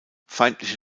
feindliche